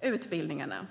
utbildningarna.